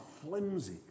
flimsy